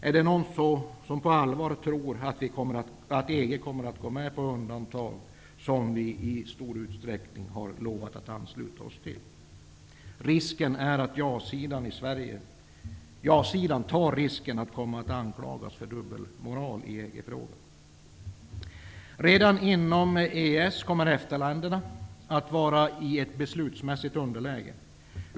Är det någon som på allvar tror att EG går med på undantag när det gäller sådant som vi redan i stor utsträckning har lovat att ansluta oss till? Ja-sidan löper risk att bli anklagad för dubbelmoral i EG-frågan. Redan inom EES kommer EFTA-länderna att beslutsmässigt vara i underläge.